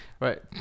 Right